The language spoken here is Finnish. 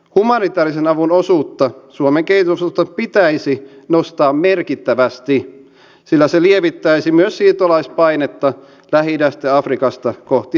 humanitaarisen avun osuutta suomen kehitysavusta pitäisi nostaa merkittävästi sillä se lievittäisi myös siirtolaispainetta lähi idästä ja afrikasta kohti eurooppaa